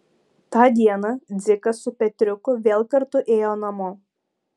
tą dieną dzikas su petriuku vėl kartu ėjo namo